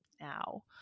now